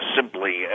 simply